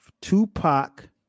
Tupac